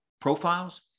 profiles